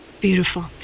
Beautiful